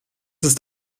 ist